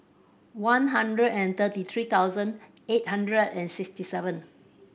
one hundred and thirty three thousand eight hundred and sixty seven